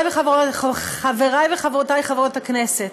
חברי וחברותי חברות הכנסת,